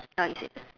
no you said